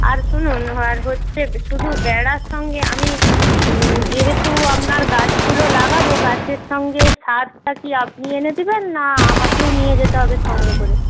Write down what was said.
আর শুনুন আর হচ্ছে শুধু বেড়ার সঙ্গে আমি যেহেতু আপনার গাছগুলো লাগাব গাছের সঙ্গে সারটা কি আপনি এনে দেবেন না আমাকেও নিয়ে যেতে হবে সঙ্গে করে